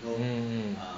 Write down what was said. mm mm